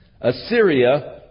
Assyria